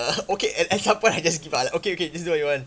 uh okay and some point I just give up I like okay okay this is what you want